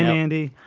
mandy